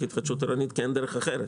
דרך התחדשות עירונית כי אין דרך אחרת.